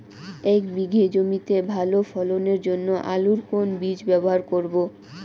এক বিঘে জমিতে ভালো ফলনের জন্য আলুর কোন বীজ ব্যবহার করব?